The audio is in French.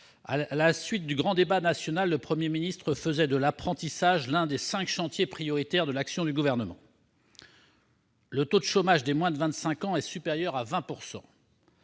à la suite du grand débat national, le Premier ministre a fait de l'apprentissage l'un des cinq chantiers prioritaires de l'action du Gouvernement. Le taux de chômage des moins de 25 ans est supérieur à 20